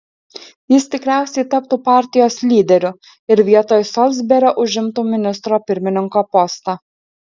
jis tikriausiai taptų partijos lyderiu ir vietoj solsberio užimtų ministro pirmininko postą